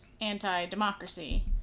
anti-democracy